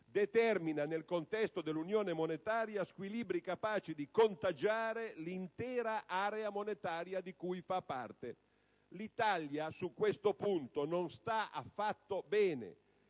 determina nel contesto dell'Unione monetaria squilibri capaci di contagiare l'intera area monetaria di cui fa parte. L'Italia su questo punto non sta affatto bene.